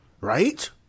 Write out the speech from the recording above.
Right